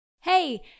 Hey